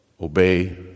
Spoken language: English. obey